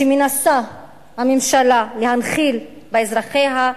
שהממשלה מנסה להנחיל לאזרחיה,